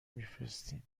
بفرستین